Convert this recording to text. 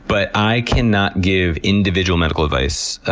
but i cannot give individual medical advice,